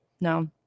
No